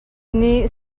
nih